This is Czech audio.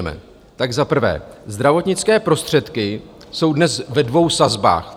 Tak za prvé, zdravotnické prostředky jsou dnes ve dvou sazbách.